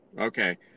okay